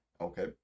okay